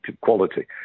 quality